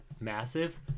massive